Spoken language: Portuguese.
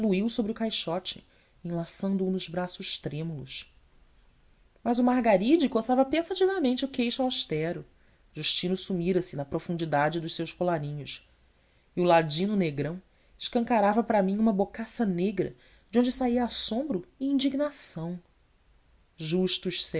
aluiu sobre o caixote enlaçando o nos braços trêmulos mas o margaride coçava pensativamente o queixo austero justino sumira-se na profundidade dos seus colarinhos e o ladino negrão escancarava para mim uma bocaça negra de onde saía assombro e indignação justos